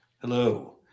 Hello